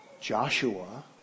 Joshua